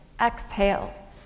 exhale